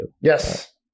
Yes